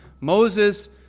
Moses